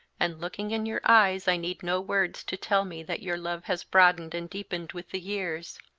and looking in your eyes i need no words to tell me that your love has broadened and deepened with the years.